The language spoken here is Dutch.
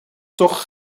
toch